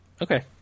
Okay